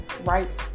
rights